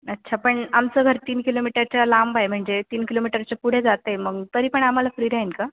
अच्छा पण आमचं घर तीन किलोमीटरच्या लांब आहे म्हणजे तीन किलोमीटरच्या पुढे जातं आहे मग तरी पण आम्हाला फ्री राहील का